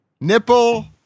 Nipple